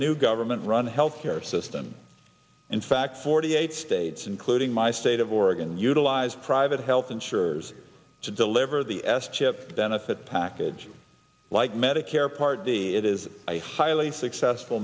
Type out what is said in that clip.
new government run health care system in fact forty eight states including my state of oregon utilize private health insurers to deliver the s chip benefit package like medicare part d it is a highly successful